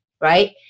right